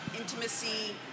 intimacy